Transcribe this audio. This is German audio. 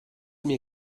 mir